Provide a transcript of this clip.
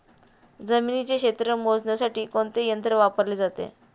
जमिनीचे क्षेत्र मोजण्यासाठी कोणते यंत्र वापरले जाते?